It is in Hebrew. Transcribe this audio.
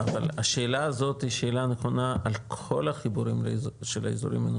אבל השאלה הזאתי שאלה נכונה על כל החיבורים של האזורים האלה,